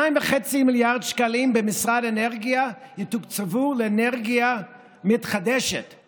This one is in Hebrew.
2.5 מיליארד שקלים במשרד האנרגיה יתוקצבו לאנרגיה מתחדשת,